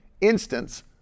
instance